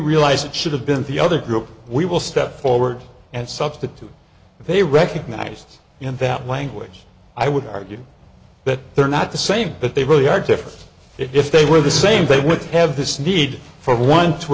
realize it should have been the other group we will step forward and substitute if they recognized in that language i would argue that they are not the same but they really are different if they were the same they would have this need for one t